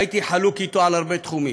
הייתי חלוק אתו על הרבה תחומים.